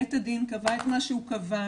בית הדין קבע את מה שהוא קבע,